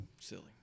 silly